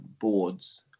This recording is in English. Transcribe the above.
boards